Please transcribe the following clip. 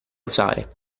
usare